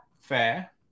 fair